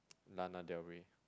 Lana-Del-Ray